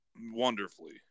wonderfully